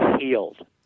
healed